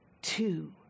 Two